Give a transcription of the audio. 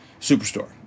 superstore